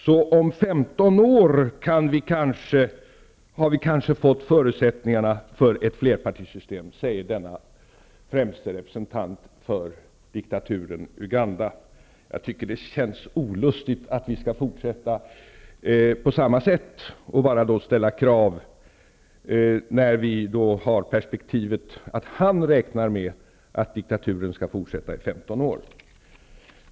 Så om femton år har vi kanske fått förutsättningarna för ett flerpartisystem, säger denne främste representant för diktaturen Uganda. Jag tycker att det känns olustigt att vi skall fortsätta på samma sätt och bara ställa krav, när vi då har perspektivet att han räknar med att diktaturen skall fortsätta i femton år.